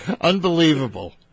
Unbelievable